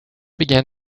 began